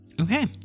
Okay